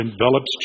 envelops